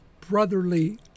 brotherly